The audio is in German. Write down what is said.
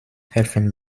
helfen